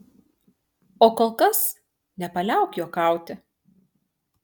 o kol kas nepaliauk juokauti